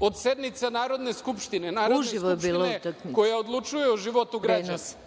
od sednica Narodne skupštine, Narodne skupštine koja odlučuje o životu građana…